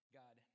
god